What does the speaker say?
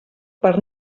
per